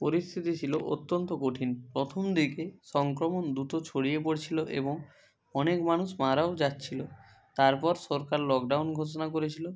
পরিস্থিতি ছিলো অত্যন্ত কঠিন প্রথম দিকে সংক্রমণ দ্রুত ছড়িয়ে পড়ছিলো এবং অনেক মানুষ মারাও যাচ্ছিলো তারপর সরকার লকডাউন ঘোষণা করেছিলো